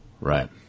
Right